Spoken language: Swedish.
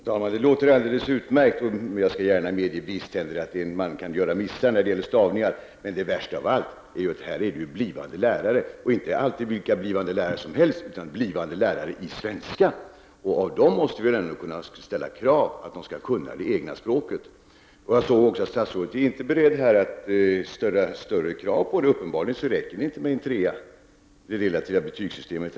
Herr talman! Det låter alldeles utmärkt. Jag skall gärna medge att det händer att man kan göra missar med stavningen. Men det värsta är att det här är fråga om blivande lärare i svenska. På dessa måste vi väl ändå kunna ställa kravet att de skall kunna det egna språket. Statsrådet är alltså inte beredd att ställa högre krav. Uppenbarligen räcker det inte med betyget 3 i det relativa betygssystemet.